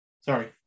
Sorry